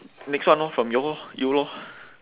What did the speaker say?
next one orh from your you lor